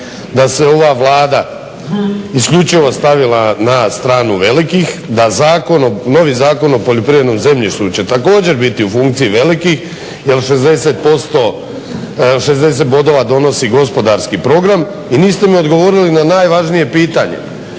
da se ova Vlada isključivo stavila na stranu velikih, da novi Zakon o poljoprivrednom zemljištu će također biti u funkciji velikih jer 60 bodova donosi gospodarski program. I niste mi odgovorili na najvažnije pitanje,